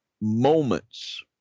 moments